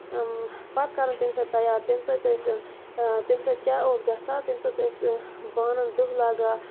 اۭں پَتہٕ کَرُن تَمہِ سۭتۍ تَیار تَمہِ سۭتۍ ٲسۍ زَن تٔمۍ سۭتۍ کیاہ اوس گژھان تٔمۍ سۭتۍ ٲسۍ بانن دُہ لگان